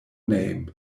name